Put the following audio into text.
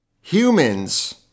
Humans